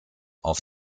auf